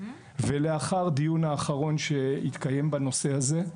ולאחר הדיון האחרון שהתקיים בנושא הזה,